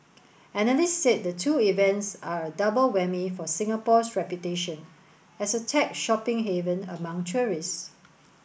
analysts said the two events are a double whammy for Singapore's reputation as a tech shopping haven among tourists